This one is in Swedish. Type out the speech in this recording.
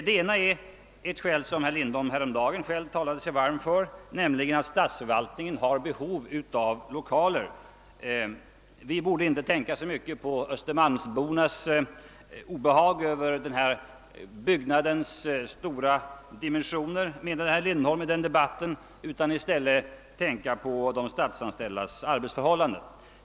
Det ena är ett skäl som herr Lindholm häromdagen ivrigt talade för, nämligen att statsförvaltningen har behov av lokaler. Vi borde inte tänka så mycket på östermalmsbornas obehag av den ifrågavarande byggnadens stora dimensioner, framhöll herr Lindholm i debatten, utan i stället tänka på de statsanställdas arbetsförhållanden.